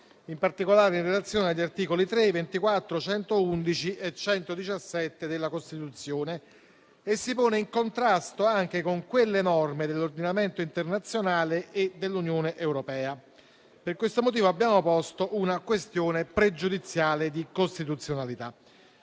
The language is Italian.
in particolare in relazione agli articoli 3, 24, 111 e 117 della Costituzione e si pone in contrasto anche con delle norme dell'ordinamento internazionale e dell'Unione europea. Per questo motivo abbiamo posto una questione pregiudiziale di costituzionalità.